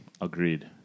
Agreed